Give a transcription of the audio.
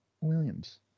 Williams